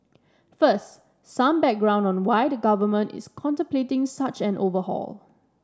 first some background on why the government is contemplating such an overhaul